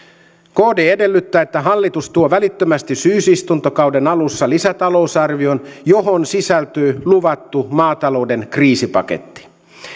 kd edellyttää että hallitus tuo välittömästi syysistuntokauden alussa lisätalousarvion johon sisältyy luvattu maatalouden kriisipaketti